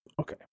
Okay